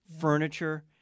Furniture